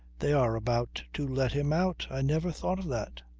they are about to let him out! i never thought of that.